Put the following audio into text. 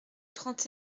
trente